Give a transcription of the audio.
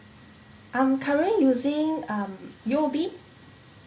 I'm currently using um U_O_B